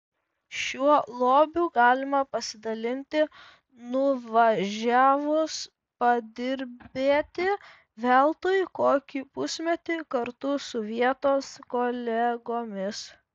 šiuo lobiu galima pasidalinti nuvažiavus padirbėti veltui kokį pusmetį kartu su vietos kolegomis